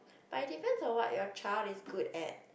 but it depends on what your child is good at